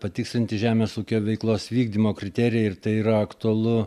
patikslinti žemės ūkio veiklos vykdymo kriterijai ir tai yra aktualu